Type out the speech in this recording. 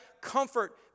comfort